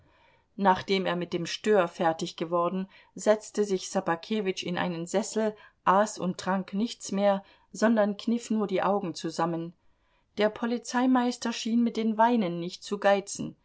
nachdem er mit dem stör fertig geworden setzte sich ssobakewitsch in einen sessel aß und trank nichts mehr sondern kniff nur die augen zusammen der polizeimeister schien mit den weinen nicht zu geizen